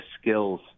skills